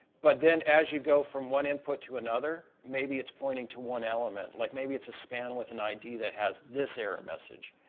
but then as you go from one input to another maybe it's pointing to one element. like maybe it's a span with an id that has this error message.